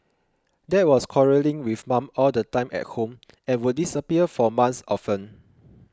dad was quarrelling with mum all the time at home and would disappear for months often